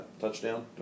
touchdown